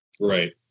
Right